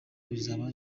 bizaba